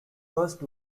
cursed